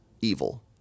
evil